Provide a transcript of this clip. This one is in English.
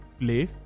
play